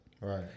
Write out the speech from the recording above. Right